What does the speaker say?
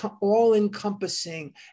all-encompassing